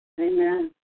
Amen